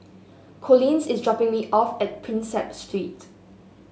Collins is dropping me off at Prinsep Street